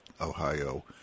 Ohio